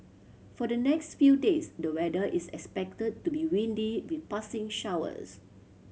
for the next few days the weather is expected to be windy with passing showers